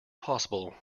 possible